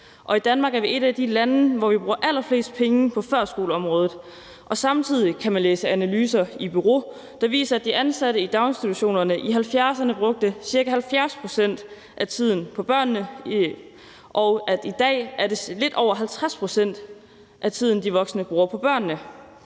Danmark er et af de lande, der bruger allerflest penge på førskoleområdet, og samtidig kan man læse analyser fra Bureau 2000, der viser, at de ansatte i daginstitutionerne i 1970'erne brugte ca. 70 pct. af tiden på børnene, og at i dag er det lidt over 50 pct. af tiden, de voksne bruger på børnene.